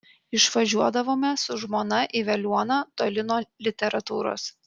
išvažiuodavome su žmona į veliuoną toli nuo literatūros